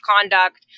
conduct